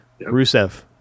Rusev